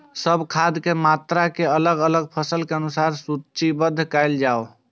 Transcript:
सब खाद के मात्रा के अलग अलग फसल के अनुसार सूचीबद्ध कायल जाओ?